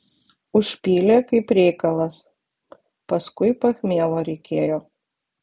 užpylė kaip reikalas paskui pachmielo reikėjo